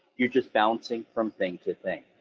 you're just bouncing from thing to thing.